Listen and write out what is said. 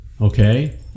okay